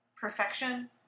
perfection